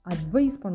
Advice